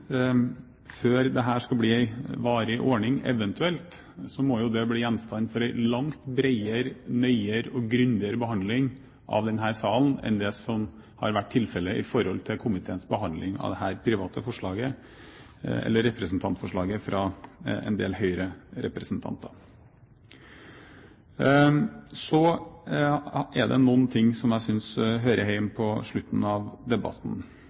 bli gjenstand for en langt bredere, nøyere og grundigere behandling i denne salen enn det som har vært tilfellet i forhold til komiteens behandling av dette representantforslaget fra en del Høyre-representanter. Så er det noen ting som jeg synes hører hjemme på slutten av debatten